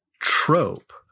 trope